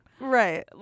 Right